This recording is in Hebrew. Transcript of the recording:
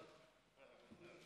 אדוני